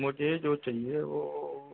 मुझे जो चाहिए वो